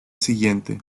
siguiente